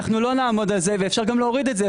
אנחנו לא נעמוד על זה ואפשר גם להוריד את זה,